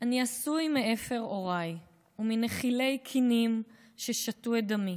"אני עשוי מאפר הוריי / ומנחילי כינים ששתו את דמי.